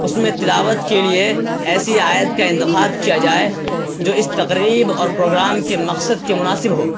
اس میں تلاوت کے لیے ایسی آیت کا انتخاب کیا جائے جو اس تقریب اور پروگرام کے مقصد کے مناسب ہو